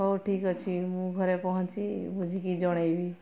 ହେଉ ଠିକ୍ ଅଛି ମୁଁ ଘରେ ପହଞ୍ଚି ବୁଝିକି ଜଣାଇବି